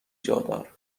جادار